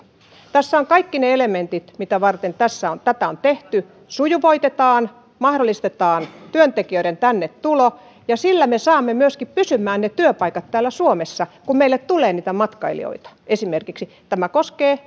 tässä on kaikki ne elementit mitä varten tätä on tehty sujuvoitetaan mahdollistetaan työntekijöiden tänne tulo ja sillä me saamme myöskin pysymään ne työpaikat täällä suomessa kun meille tulee esimerkiksi niitä matkailijoita tämä koskee